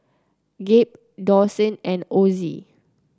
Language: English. Gabe Dawson and Ozzie